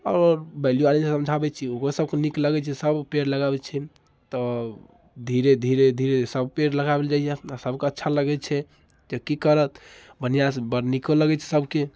आओर बाइलिओ आदमी सबके समझाबैत छी ओकरो सबके नीक लगैत छै सब पेड़ लगाबैत छै तऽ धीरे धीरे धीरे धीरे सब पेड़ लगाओल जाइए आ सबके अच्छा लगैत छै तऽ कि करत बढ़िआसँ बड़ निको लगैत छै सबके